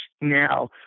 now